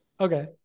Okay